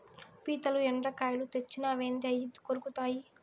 పీతలు, ఎండ్రకాయలు తెచ్చినావేంది అయ్యి కొరుకుతాయి